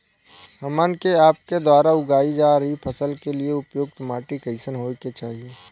हमन के आपके द्वारा उगाई जा रही फसल के लिए उपयुक्त माटी कईसन होय के चाहीं?